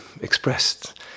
expressed